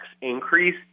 increase